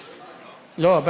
11, לא?